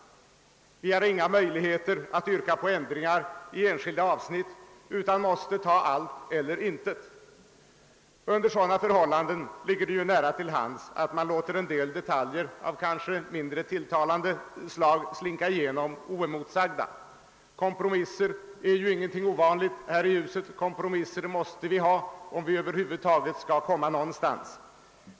Vi har inga möjligheter att yrka på ändringar i enskilda avsnitt, utan måste ta allt eller intet. Under sådana förhållanden ligger det nära till hands att man låter en del detaljer av kanske mindre tilltalande slag slinka igenom oemotsagda. Kompromisser är ingenting ovanligt här i huset; kompromisser måste vi gö ra, om vi över huvud taget skall komma någonstans.